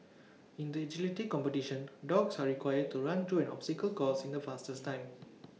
in the agility competition dogs are required to run through an obstacle course in the fastest time